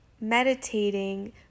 meditating